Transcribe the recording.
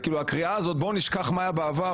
הקריאה הזאת "בואו נשכח מה היה בעבר",